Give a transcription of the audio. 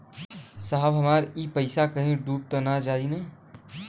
साहब हमार इ पइसवा कहि डूब त ना जाई न?